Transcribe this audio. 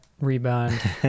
rebound